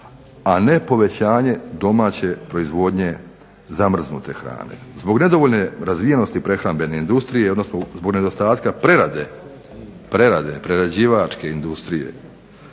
a ne povećanje domaće proizvodnje zamrznute hrane. Zbog nedovoljne razvijenosti prehrambene industrije odnosno zbog nedostatka prerađivačke industrije,